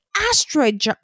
asteroid